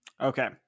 Okay